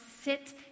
sit